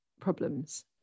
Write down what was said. problems